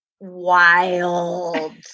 wild